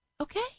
okay